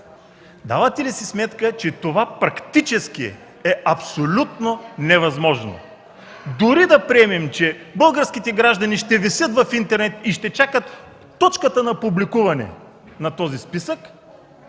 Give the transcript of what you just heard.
Давате ли си сметка, че това практически е абсолютно невъзможно? Дори да приемам, че българските граждани ще висят в интернет и ще чакат точката на публикуване на този списък,